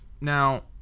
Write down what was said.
now